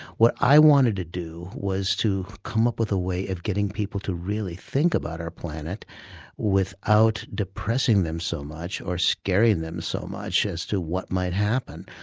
what i wanted to do was to come up with a way of getting people to really think about our planet without depressing them so much or scaring them so much as to what might happen.